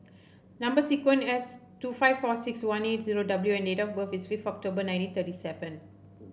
number sequence S two five four six one eight zero W and date of birth is five October nineteen thirty seven